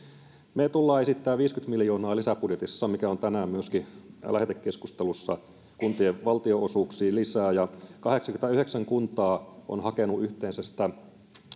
me tulemme esittämään viisikymmentä miljoonaa lisäbudjetissa joka myöskin on tänään lähetekeskustelussa kuntien valtionosuuksiin lisää kahdeksankymmentäyhdeksän kuntaa on hakenut yhteensä sitä